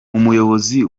umuyobozi